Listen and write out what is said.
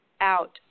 out